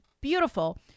beautiful